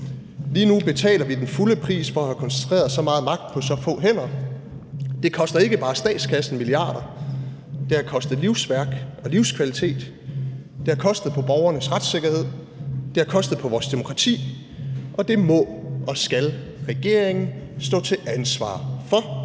Lige nu betaler vi den fulde pris for at have koncentreret så meget magt på så på hænder. Det koster ikke bare statskassen milliarder. Det har kostet livsværk og livskvalitet, det har kostet på borgernes retssikkerhed, det har kostet på vores demokrati, og det må og skal regeringen stå til ansvar for.